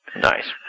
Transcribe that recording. Nice